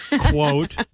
Quote